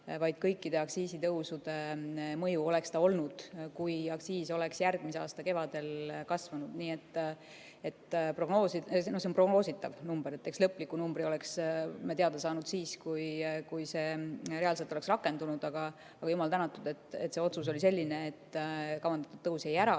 vaid kõikide aktsiisitõusude mõju olnud, kui aktsiis oleks järgmise aasta kevadel kasvanud. See on prognoositav number. Eks lõpliku numbri oleks me teada saanud siis, kui see reaalselt oleks rakendunud, aga jumal tänatud, et see otsus oli selline, et kavandatud tõus jäi ära.